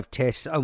tests